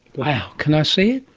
wow. can i see